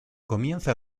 comienza